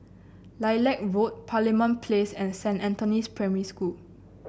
Lilac Road Parliament Place and Saint Anthony's Primary School